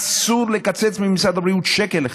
אסור לקצץ ממשרד הבריאות שקל אחד,